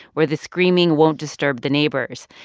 where the screaming won't disturb the neighbors.